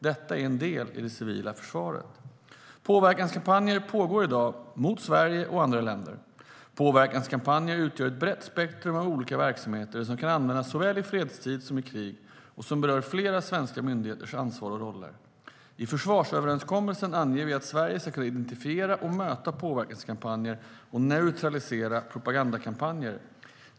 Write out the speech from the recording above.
Detta är en del i det civila försvaret. Påverkanskampanjer pågår i dag mot Sverige och andra länder. Påverkanskampanjer utgör ett brett spektrum av olika verksamheter som kan användas såväl i fredstid som i krig och som berör flera svenska myndigheters ansvar och roller. I försvarsöverenskommelsen anger vi att Sverige ska kunna identifiera och möta påverkanskampanjer och neutralisera propagandakampanjer.